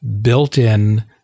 built-in